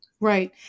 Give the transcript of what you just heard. Right